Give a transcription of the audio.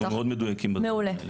אנחנו מאוד מדויקים בדברים האלה.